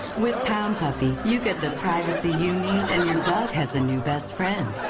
with pound puppy you get the privacy you need, and your dog has a new best friend.